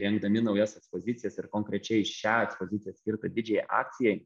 rengdami naujas ekspozicijas ir konkrečiai šią ekspoziciją skirtą didžiajai akcijai